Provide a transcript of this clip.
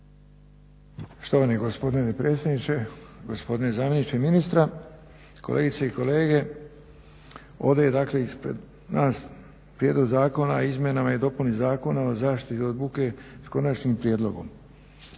Štovani gospodine dopredsjedniče, gospodine zamjeniče ministra, kolegice i kolege. Ovdje je dakle ispred nas prijedlog zakona o izmjenama i dopuni Zakona o zaštiti od buke s konačnim prijedlogom.